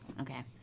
Okay